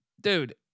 dude